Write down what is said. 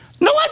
No